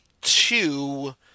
two